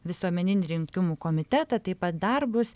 visuomeninį rinkimų komitetą taip pat darbus